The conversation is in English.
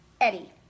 Eddie